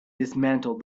dismantled